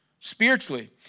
spiritually